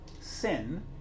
sin